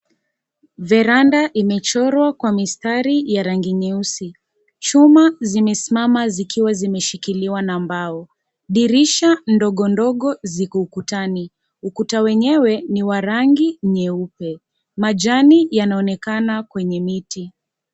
Veranda imechorwa kwa mistari ya rangi nyeusi chuma zimesimama zikiwa zimeshikiliwa na mbao dirisha ndogo ndogo ziko ukutani, ukuta wenyewe ni wa rangi nyeupe majani yanaonekana kwenye miti.